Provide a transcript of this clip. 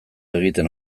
egiten